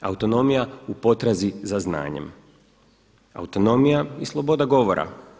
Autonomija u potrazi za znanjem, autonomija i sloboda govora.